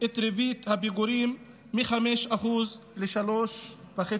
את ריבית הפיגורים מ-5% ל-3.5%.